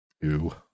ew